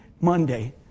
Monday